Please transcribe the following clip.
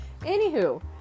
Anywho